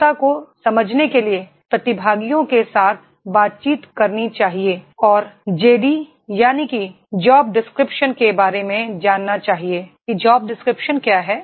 क्षमता को समझने के लिए प्रतिभागियों के साथ बातचीत करनी चाहिए और जे डी यानी कि जॉब डिस्क्रिप्शन के बारे में जानना चाहिए कि जॉब डिस्क्रिप्शन क्या है